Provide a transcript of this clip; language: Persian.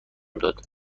داد